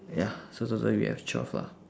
ya so total we have twelve lah